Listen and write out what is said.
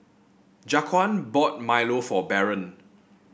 Jaquan bought milo for Barron